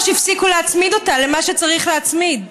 הפסיקו להצמיד אותה למה שצריך להצמיד,